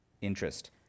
interest